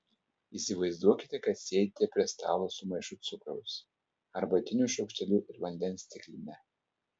įsivaizduokite kad sėdite prie stalo su maišu cukraus arbatiniu šaukšteliu ir vandens stikline